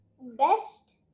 Best